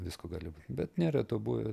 visko gali bet nėra to buvę